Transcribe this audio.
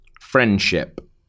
Friendship